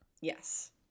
yes